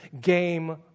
Game